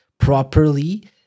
properly